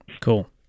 cool